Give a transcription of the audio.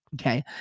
Okay